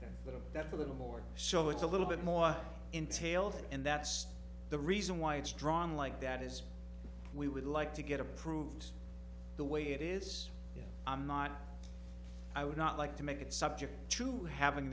with that a little more show it's a little bit more entails and that's the reason why it's drawn like that is we would like to get approved the way it is i'm not i would not like to make it subject to having